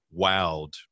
wowed